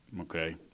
Okay